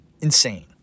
insane